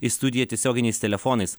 į studiją tiesioginiais telefonais